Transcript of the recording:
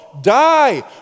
die